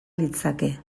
litzateke